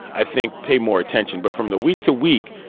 i think pay more attention. but from the week to week,